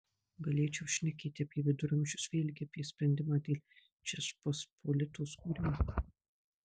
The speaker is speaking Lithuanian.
galėčiau šnekėti apie viduramžius vėlgi apie sprendimą dėl žečpospolitos kūrimo